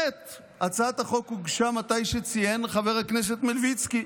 הצעת החוק באמת הוגשה מתי שציין חבר הכנסת מלביצקי,